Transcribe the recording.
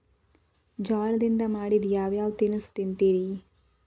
ಜೋಳದಿಂದ ಮಾಡಿದ ಯಾವ್ ಯಾವ್ ತಿನಸು ತಿಂತಿರಿ?